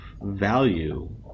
value